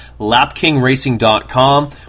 LapKingRacing.com